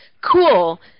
cool